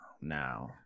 Now